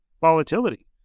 volatility